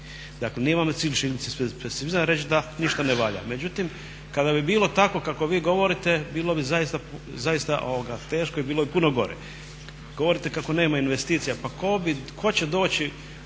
dakle nije vama cilj širiti pesimizam i reći da ništa ne valja. Međutim kada bi bilo tako kako vi govorite bilo bi zaista teško i bilo bi puno gore. Govorite kako nema investicija, pa tko bi